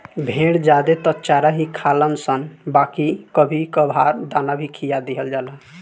भेड़ ज्यादे त चारा ही खालनशन बाकी कभी कभार दाना भी खिया दिहल जाला